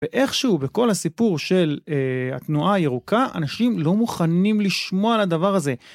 ואיכשהו בכל הסיפור של התנועה הירוקה אנשים לא מוכנים לשמוע על הדבר הזה.